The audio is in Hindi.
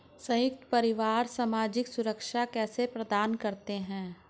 संयुक्त परिवार सामाजिक सुरक्षा कैसे प्रदान करते हैं?